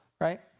right